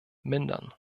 mindern